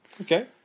Okay